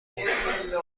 برد